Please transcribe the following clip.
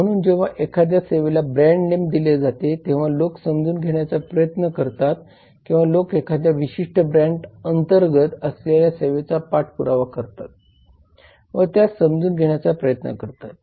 म्हणून जेव्हा एखाद्या सेवेला ब्रँड नेम दिले जाते तेव्हा लोक समजून घेण्याचा प्रयत्न करतात किंवा लोक एखाद्या विशिष्ट ब्रँड अंतर्गत असलेल्या सेवेचा पाठपुरावा करतात व त्यास समजून घेण्याचा प्रयत्न करतात